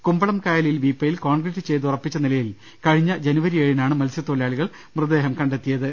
കുമ്പളം കായലിൽ വീപ്പയിൽ കോൺക്രീറ്റ് ചെയ്ത് ഉറപ്പിച്ച നിലയിൽ കഴിഞ്ഞ ജനുവരി ഏഴിനാണ് മത്സൃതൊഴിലാളികൾ മൃതദേഹം കണ്ടെ ത്തിയത്